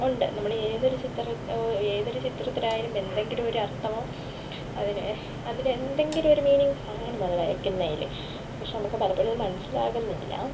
ഉണ്ട് നമ്മൾ ഏതൊരു ചിത്ര ഓ ഏതൊരു ചിത്രത്തിലായാലും എന്തെങ്കിലും ഒരര്ത്ഥമോ അതിന് അതിനെന്തെങ്കിലും ഒരു മീനിംഗ് കാണുമത് വരയ്ക്കുന്നതിൽ പക്ഷെ നമുക്കത് പലപ്പോഴും അതു മനസ്സിലാകുന്നില്ല